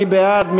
מי בעד?